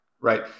right